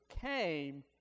came